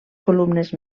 columnes